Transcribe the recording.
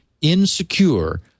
insecure